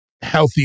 healthy